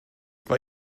war